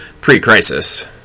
pre-crisis